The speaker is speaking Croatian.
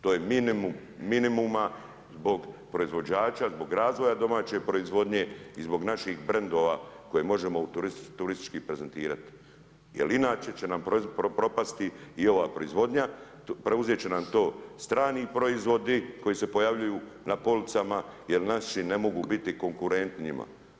To je minimum minimuma zbog proizvođača, zbog razvoja domaće proizvodnje i zbog naših brandova koje možemo turistički prezentirati jer inače će nam propasti i ova proizvodnja, preuzet će nam to strani proizvodi koji se pojavljuju na policama jer naši ne mogu biti konkurent njima.